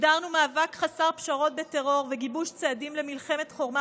הגדרנו מאבק חסר פשרות בטרור וגיבוש צעדים למלחמת חורמה